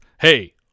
hey